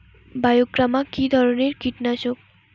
বায়োগ্রামা কিধরনের কীটনাশক?